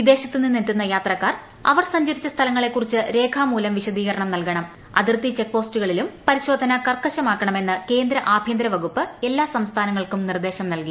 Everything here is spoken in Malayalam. വിദേശത്ത് നിന്നെത്തുന്ന യാത്രക്കാർ അവർ സഞ്ചരിച്ച് ്സ്ഥലങ്ങളെ കുറിച്ച് രേഖാമൂലം വിശദീകരണം നൽകണം കൃഅ്തീർത്തി ചെക്ക്പോസ്റ്റുകളിലും പരിശോധന കർക്കശമാക്കണമെന്ന് ക്ട്രേന്ദ് ആഭ്യന്തര വകുപ്പ് എല്ലാ സംസ്ഥാനങ്ങൾക്കും നിർദ്ദേ്ശം നൽകി